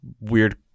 weird